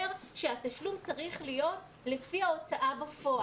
שהתשלום צריך להיות לפי ההוצאה בפועל.